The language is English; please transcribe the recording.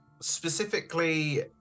Specifically